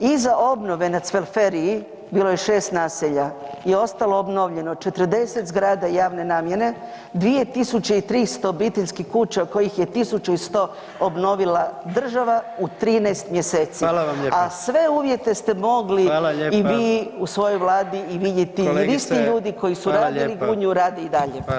Iza obnove na Cvelferiji bilo je 6 naselja i ostalo obnovljeno 40 zgrada javne namjene, 2300 obiteljskih kuća kojih je 1100 obnovila država u 13 mjeseci, a sve uvjete ste mogli i vi u svojoj vladi i vidjeti jer isti ljudi koji su radili Gunju rade i dalje.